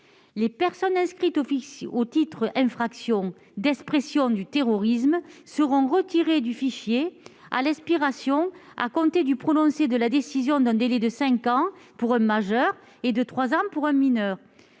les personnes inscrites au titre d'une infraction d'expression de terrorisme seront retirées du fichier à l'expiration, à compter du prononcé de la décision, d'un délai de cinq ans pour un majeur et de trois ans pour un mineur,